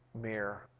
mirror